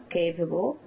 capable